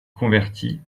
convertit